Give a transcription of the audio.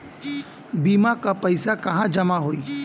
बीमा क पैसा कहाँ जमा होई?